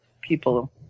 people